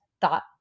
thought